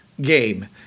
game